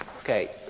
okay